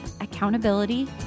accountability